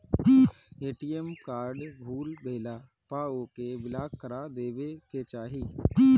ATM card भूला गईला पअ ओके ब्लाक करा देवे के चाही